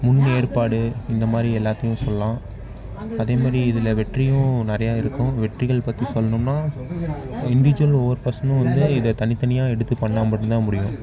முன் ஏற்பாடு இந்தமாதிரி எல்லாத்தையும் சொல்லலாம் அதேமாதிரி இதில் வெற்றியும் நிறையா இருக்கும் வெற்றிகள் பற்றி சொல்லணும்னா இண்டிஜுவல் ஒவ்வொரு பர்சனும் வந்து இதை தனித்தனியா எடுத்து பண்ணால் மட்டும்தான் முடியும்